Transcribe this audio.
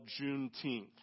Juneteenth